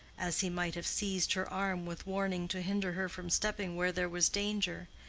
as he might have seized her arm with warning to hinder her from stepping where there was danger,